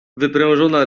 wyprężona